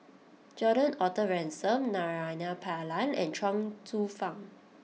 Gordon Arthur Ransome Naraina Pillai and Chuang Hsueh Fang